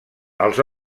els